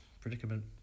predicament